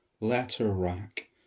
letter-rack